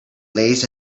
lays